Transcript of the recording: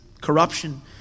corruption